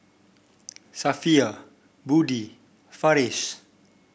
Safiya Budi Farish